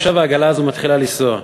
עכשיו העגלה הזאת מתחילה לנסוע.